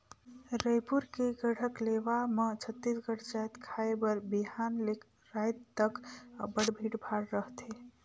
रइपुर के गढ़कलेवा म छत्तीसगढ़ जाएत खाए बर बिहान ले राएत तक अब्बड़ भीड़ भाड़ रहथे